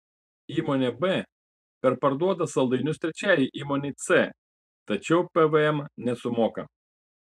įmonė b perparduoda saldainius trečiajai įmonei c tačiau pvm nesumoka